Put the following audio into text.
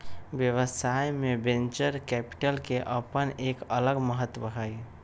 व्यवसाय में venture capital के अपन एक अलग महत्व हई